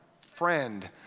Friend